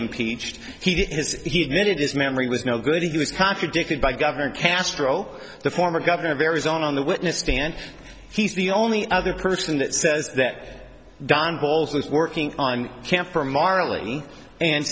impeached he admitted his memory was no good he was contradicted by governor castro the former governor of arizona on the witness stand he's the only other person that says that don bolles was working on camp for marley and